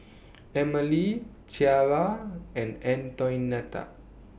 Emilee Ciarra and Antoinette